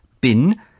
bin